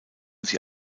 sie